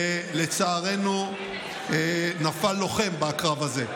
ולצערנו נפל לוחם בקרב הזה,